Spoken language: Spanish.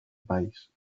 país